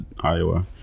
Iowa